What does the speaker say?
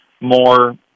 more –